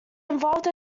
involved